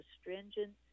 astringent